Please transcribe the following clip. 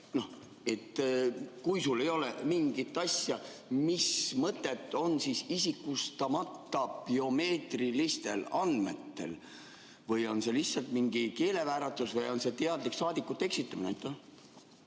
Et kui sul ei ole mingit asja, mis mõtet on siis isikustamata biomeetrilistel andmetel? Või on see lihtsalt mingi keelevääratus? Või on see teadlik saadikute eksitamine?